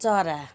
चरा